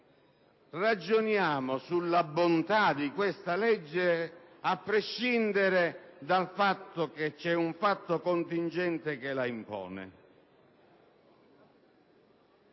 ragioniamo sulla bontà di questo provvedimento a prescindere dal fatto che c'è un motivo contingente che lo impone.